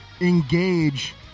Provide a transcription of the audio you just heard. engage